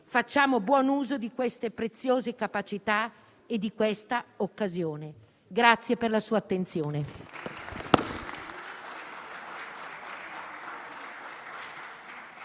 facciamo buon uso di queste preziose capacità e di questa occasione. Grazie per la sua attenzione.